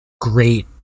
great